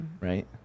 right